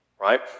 right